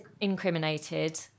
incriminated